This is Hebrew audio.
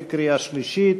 בקריאה שלישית.